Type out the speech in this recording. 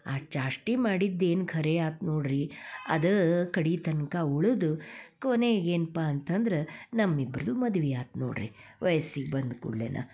ಆ ಚಾಷ್ಟೆ ಮಾಡಿದ್ದು ಏನು ಖರೆ ಆತು ನೋಡಿರಿ ಅದೇ ಕಡೆ ತನಕ ಉಳ್ದು ಕೊನೆಗೆ ಏನಪ್ಪ ಅಂತಂದ್ರೆ ನಮ್ಮ ಇಬ್ಬರದು ಮದಿವೆ ಆತು ನೋಡಿರಿ ವಯ್ಸಿಗೆ ಬಂದ ಕೂಡ್ಲೆ